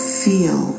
feel